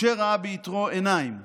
משה ראה ביתרו עיניים,